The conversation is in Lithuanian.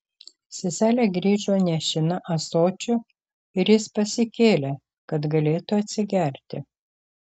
seselė grįžo nešina ąsočiu ir jis pasikėlė kad galėtų atsigerti